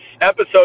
episode